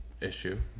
issue